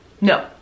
No